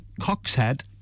Coxhead